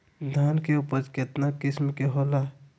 धान के उपज केतना किस्म के होला?